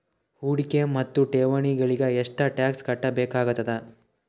ಹೂಡಿಕೆ ಮತ್ತು ಠೇವಣಿಗಳಿಗ ಎಷ್ಟ ಟಾಕ್ಸ್ ಕಟ್ಟಬೇಕಾಗತದ?